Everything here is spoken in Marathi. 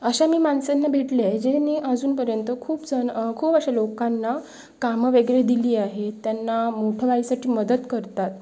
अश्या मी माणसांना भेटली आहे जे मी अजूनपर्यंत खूप जण खूप अश्या लोकांना कामं वगैरे दिली आहेत त्यांना मोठं व्हायसाठी मदत करतात